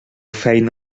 feina